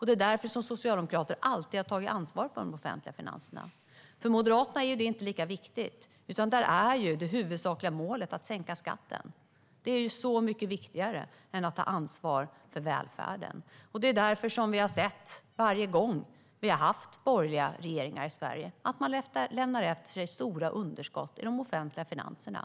Det är därför som Socialdemokraterna alltid har tagit ansvar för de offentliga finanserna. För Moderaterna är det inte lika viktigt, utan för er är det huvudsakliga målet att sänka skatten. Det är mycket viktigare än att ta ansvar för välfärden. Det är därför borgerliga regeringar alltid har lämnat efter sig stora underskott i de offentliga finanserna.